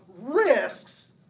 risks